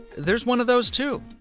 there's one of those, too.